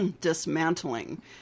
dismantling